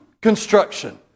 construction